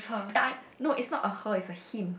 that I no it's not a her it's a him